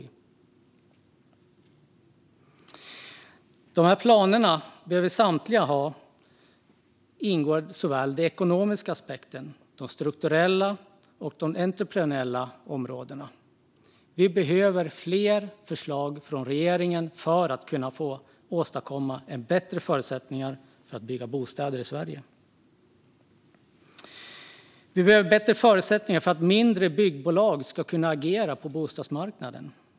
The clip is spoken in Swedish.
I samtliga dessa planer behöver det ingå såväl ekonomiska aspekter som strukturella och entreprenöriella områden. Vi behöver fler förslag från regeringen för att kunna åstadkomma bättre förutsättningar för att bygga bostäder i Sverige. Vi behöver bättre förutsättningar för att mindre byggbolag ska kunna agera på bostadsmarknaden.